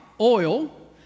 oil